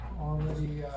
already